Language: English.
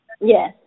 Yes